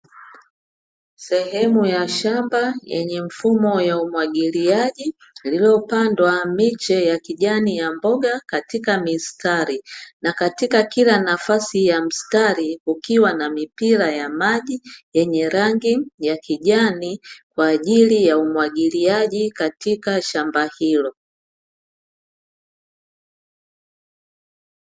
Sehemu ya shamba yenye mifumo ya umwagiliaji, lililopandwa miche ya kijani ya mboga katika mistari na katika kila nafasi ya mstari kukiwa na mipira ya maji, yenye rangi ya kijani kwa ajili ya umwagiliaji katika shamba hilo.